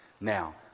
Now